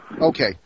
Okay